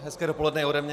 Hezké dopoledne i ode mě.